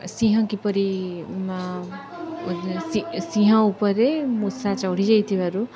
ସିଂହ କିପରି ସିଂହ ଉପରେ ମୂଷା ଚଢ଼ି ଯାଇଥିବାରୁ